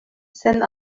sen